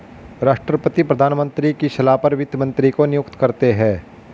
राष्ट्रपति प्रधानमंत्री की सलाह पर वित्त मंत्री को नियुक्त करते है